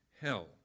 hell